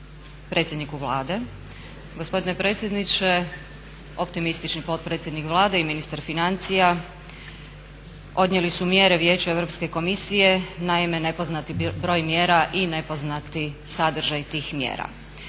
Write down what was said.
predsjedniku Vlade. Gospodine predsjedniče, optimistični potpredsjednik Vlade i ministar financija podnijeli su mjere Vijeću Europske komisije. Naime, nepoznati broj mjera i nepoznati sadržaj tih mjera.